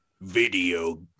video